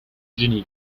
genie